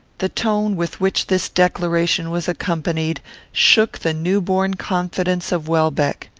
the tone with which this declaration was accompanied shook the new-born confidence of welbeck.